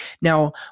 Now